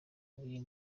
w’iyo